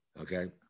Okay